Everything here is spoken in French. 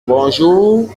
bonjour